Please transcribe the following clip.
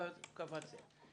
אפשר דחייה ליום שני?